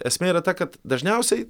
esmė yra ta kad dažniausiai